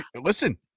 Listen